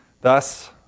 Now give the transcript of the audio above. thus